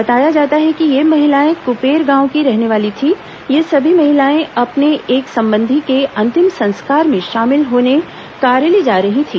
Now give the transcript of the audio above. बताया जाता है कि ये महिलाएं कुपेर गांव की रहने वाली थीं ये सभी महिलाएं अपने एक संबंधी के अंतिम संस्कार में शामिल होने कारली जा रही थीं